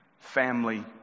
family